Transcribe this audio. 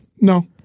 No